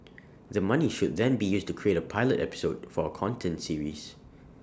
the money should then be used to create A pilot episode for A content series